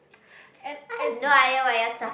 and as